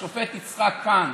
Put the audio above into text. השופט יצחק כהן: